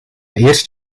eerst